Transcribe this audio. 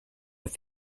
have